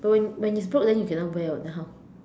but when when it's broke then you cannot wear [what] then how